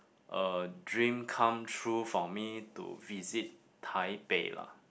a dream come true for me to visit Taipei lah